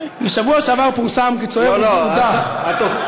בשבוע שעבר פורסם כי צוער הודח, זה בכוונה?